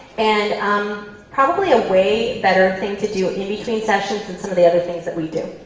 and um probably a way better thing to do in between sessions than some of the other things that we do.